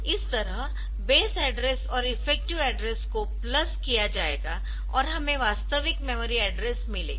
इस तरह base address और इफेक्टिव एड्रेस को प्लस किया जाएगा और हमें वास्तविक मेमोरी एड्रेस मिलेगा